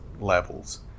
levels